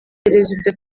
perezida